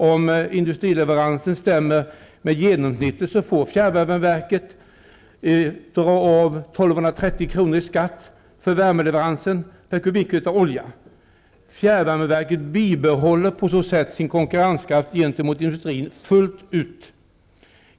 Om industrileveransen stämmer med genomsnittet får fjärrvärmeverket dra av 1 230 kr. i skatt för värmeleverans per kubikmeter olja. Fjärrvärmeverket bibehåller på så sätt sin konkurrenskraft gentemot industrin fullt ut.